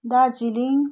Darjeeling